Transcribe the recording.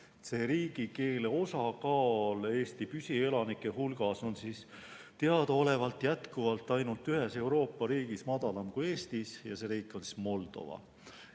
oskajate osakaal Eesti püsielanike hulgas on teadaolevalt jätkuvalt ainult ühes Euroopa riigis madalam kui Eestis ja see riik on Moldova.